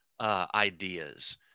Ideas